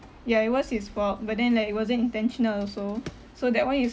ya it was his fault but then like it wasn't intentional also so that [one] is